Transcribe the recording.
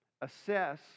Assess